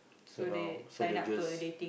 you know so they just